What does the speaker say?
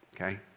okay